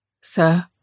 Sir